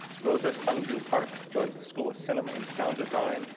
rosa sungjoo park joins the school of cinema and sound design,